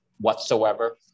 whatsoever